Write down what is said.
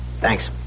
Thanks